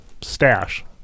stash